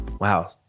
Wow